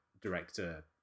director